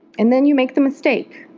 and then you make the mistake